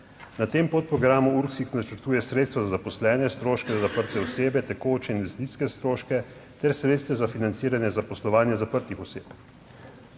Na tem podprogramu Ursix načrtuje sredstva za zaposlene, stroške za zaprte osebe, tekoče investicijske stroške ter sredstva za financiranje zaposlovanja zaprtih oseb.